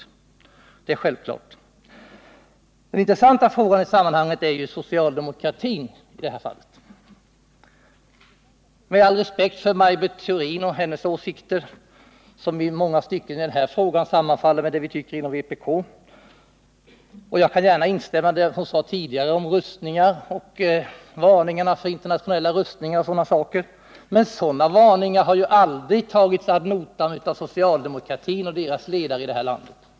21 Nr 46 Den intressanta frågan i sammanhanget gäller hur socialdemokratin ställer sig. Med all respekt för Maj Britt Theorin och hennes åsikter, som i många stycken sammanfaller med vpk:s i den här frågan, instämmer jag i vad hon sade tidigare, när hon varnade för internationella rustningar. Men sådana varningar har aldrig tagits ad notam av socialdemokratin och dess ledare i det här landet.